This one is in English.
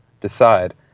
Decide